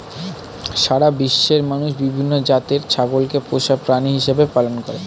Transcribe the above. সারা বিশ্বের মানুষ বিভিন্ন জাতের ছাগলকে পোষা প্রাণী হিসেবে পালন করে